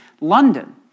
London